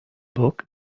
book